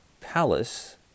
palace